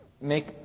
make